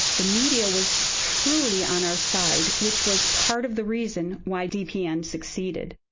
the media was truly on our side, which was part of the reason why dpn succeeded.